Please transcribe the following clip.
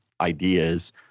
ideas